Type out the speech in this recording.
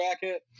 bracket